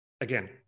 again